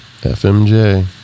fmj